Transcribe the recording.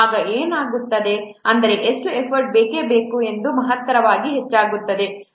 ಆಗ ಏನಾಗುತ್ತದೆ ಎಂದರೆ ಎಷ್ಟು ಎಫರ್ಟ್ ಬೇಕು ಎಂದು ಅದು ಮಹತ್ತರವಾಗಿ ಹೆಚ್ಚಾಗುತ್ತದೆ